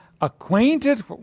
acquainted